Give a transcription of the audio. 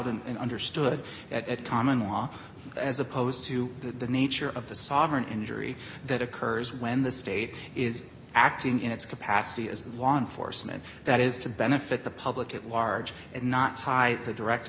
and understood at common law as opposed to the nature of the sovereign injury that occurs when the state is acting in its capacity as law enforcement that is to benefit the public at large and not tie the direct